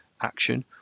action